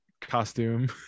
costume